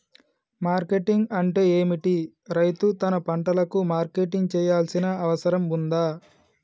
Marketing అంటే ఏమిటి? రైతు తన పంటలకు మార్కెటింగ్ చేయాల్సిన అవసరం ఉందా?